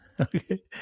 Okay